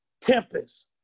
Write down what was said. Tempest